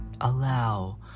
allow